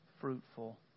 fruitful